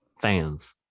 fans